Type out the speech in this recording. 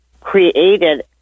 created